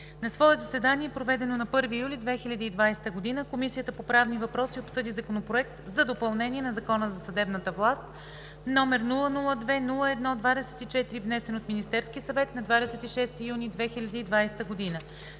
На свое заседание, проведено на 8 юли 2020 г., Комисията по правни въпроси обсъди Законопроект за допълнение на Закона за съдебната власт, № 002-01-25, внесен от Министерския съвет на 3 юли 2020 г.